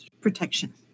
Protection